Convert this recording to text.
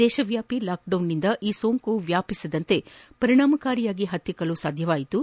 ದೇಶವ್ಯಾಪಿ ಲಾಕ್ಡೌನ್ನಿಂದ ಈ ಸೋಂಕು ವ್ಯಾಪಿಸದಂತೆ ಪರಿಣಾಮಕಾರಿಯಾಗಿ ನಿಯಂತ್ರಿಸಲು ಸಾಧ್ಯವಾಯಿತು